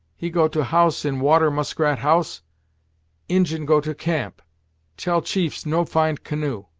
he go to house in water muskrat house injin go to camp tell chiefs no find canoe.